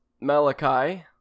Malachi